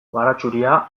baratxuria